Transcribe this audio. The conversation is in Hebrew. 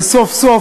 וסוף-סוף,